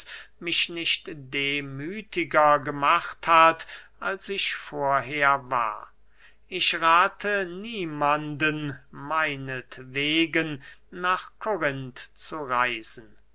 mich nicht demüthiger gemacht hat als ich vorher war ich rathe niemanden meinetwegen nach korinth zu reisen